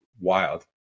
wild